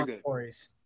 Stories